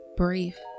Brief